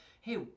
Hey